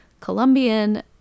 Colombian